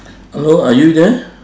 hello are you there